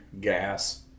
gas